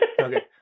Okay